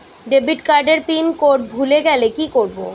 Debit card এর PIN code ভুলে গেলে কি করব?